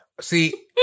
See